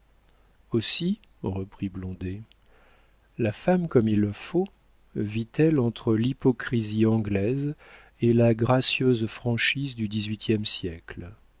aussi reprit blondet la femme comme il faut vit-elle entre l'hypocrisie anglaise et la gracieuse franchise du dix-huitième siècle